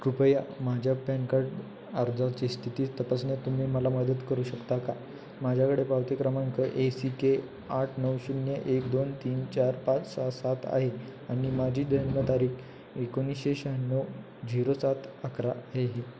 कृपया माझ्या PAN card अर्जाची स्थिती तपासण्यात तुम्ही मला मदत करू शकता का माझ्याकडे पावती क्रमांक ए सी के आठ नऊ शून्य एक दोन तीन चार पाच सहा सात आहे आणि माझी जन्मतारीख एकोणीसशे शहाण्णव झिरो सात अकरा आहे